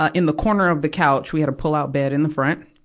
ah in the corner of the couch. we had a pull-out bed in the front.